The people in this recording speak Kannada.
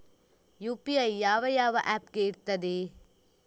ಯು.ಪಿ.ಐ ಯಾವ ಯಾವ ಆಪ್ ಗೆ ಇರ್ತದೆ?